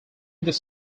this